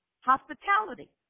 hospitality